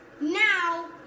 Now